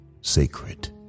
sacred